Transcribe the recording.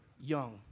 Young